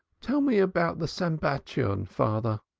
tell me about the sambatyon, father,